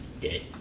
dead